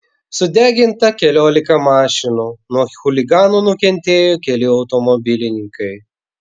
sudeginta keliolika mašinų nuo chuliganų nukentėjo keli automobilininkai